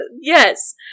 Yes